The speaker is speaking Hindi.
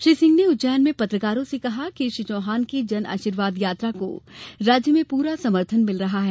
श्री सिंह ने उज्जैन में पत्रकारों से कहा कि श्री चौहान की जन आशीर्वाद यात्रा को राज्य में पूरा समर्थन मिल रहा है